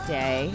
day